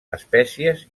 espècies